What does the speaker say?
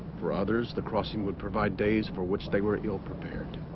for others the crossing would provide days for which they were ill-prepared